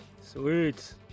Sweet